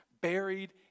buried